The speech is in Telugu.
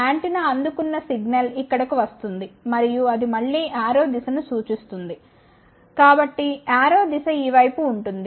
యాంటెన్నా అందుకున్న సిగ్నల్ ఇక్కడకు వస్తుంది మరియు అది మళ్ళీ యారో దిశను చూస్తుంది కాబట్టి యారో దిశ ఈ వైపు ఉంటుంది